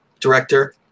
director